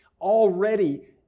already